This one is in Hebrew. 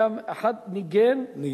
היה אחד, ניגן.